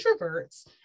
introverts